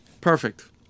Perfect